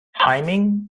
timing